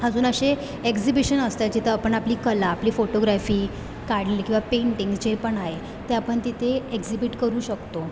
अजून असे एक्झिबिशन असतं जिथं आपण आपली कला आपली फोटोग्रॅफी काढली किंवा पेंटींग जे पण आहे ते आपण तिथे एक्झिबीट करू शकतो